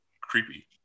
creepy